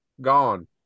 gone